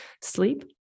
sleep